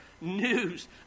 news